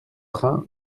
train